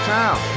town